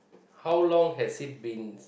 how long has it been